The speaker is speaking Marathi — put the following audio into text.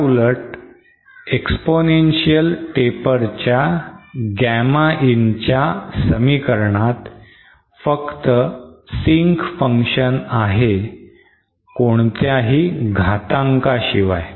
त्या उलट exponential taper च्या Gamma in च्या समीकरणात फक्त sync function आहे कोणत्याही घातांकाशिवाय